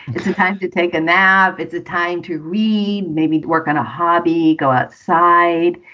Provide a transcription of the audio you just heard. it's a time to take a nap it's a time to read. maybe to work on a hobby. go outside.